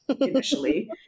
initially